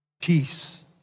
Peace